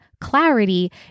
clarity